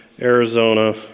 Arizona